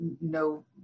no